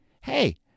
Hey